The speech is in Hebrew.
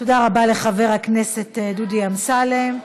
תודה רבה לחבר הכנסת דודי אמסלם.